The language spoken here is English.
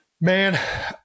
man